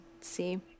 See